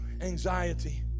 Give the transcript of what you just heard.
anxiety